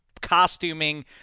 costuming